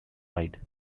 hyde